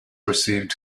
received